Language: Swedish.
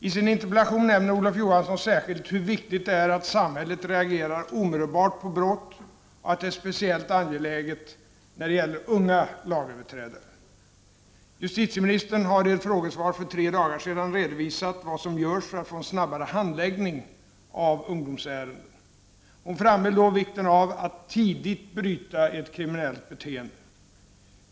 I sin interpellation nämner Olof Johansson särskilt hur viktigt det är att samhället reagerar omedelbart på brott och att det är speciellt angeläget när det gäller unga lagöverträdare. Justitieministern har i ett frågesvar för tre dagar sedan redovisat vad som görs för att få en snabbare handläggning av ungdomsärenden. Hon framhöll då vikten av att tidigt bryta ett kriminellt beteende.